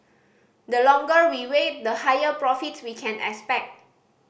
the longer we wait the higher profits we can expect